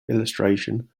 illustration